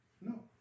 No